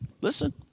listen